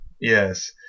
Yes